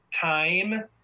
time